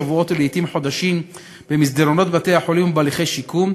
שבועות ולעתים חודשים במסדרונות בתי-החולים ובהליכי שיקום,